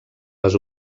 les